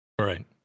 Right